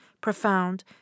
profound